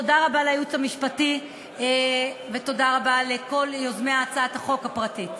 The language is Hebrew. תודה רבה לייעוץ המשפטי ותודה רבה לכל יוזמי הצעת החוק הפרטית.